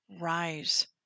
rise